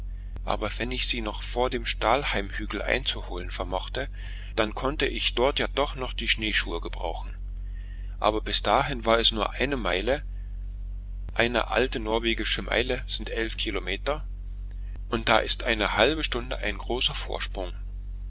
aber wenn ich sie noch vor dem stahlheimhügel einzuholen vermochte dann konnte ich dort ja doch noch die schneeschuhe gebrauchen aber bis dahin war es nur eine meile alte norwegische sind und da ist eine halbe stunde ein großer vorsprung